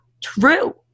true